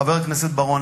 חבר הכנסת בר-און,